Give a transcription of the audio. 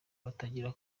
abatagira